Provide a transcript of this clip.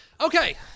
Okay